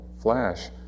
flash